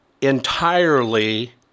entirely